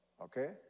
Okay